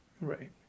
Right